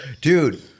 dude